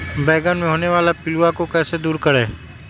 बैंगन मे होने वाले पिल्लू को कैसे दूर करें?